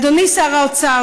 אדוני שר האוצר,